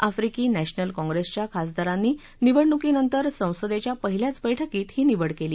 आफ्रिकी नॅशनल काँग्रिसच्या खासदारांनी निवडणुकीनंतर संसदेच्या पहिल्याच बैठकीत ही निवड केली